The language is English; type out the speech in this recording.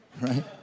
Right